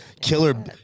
killer